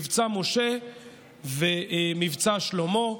מבצע משה ומבצע שלמה,